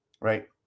right